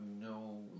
no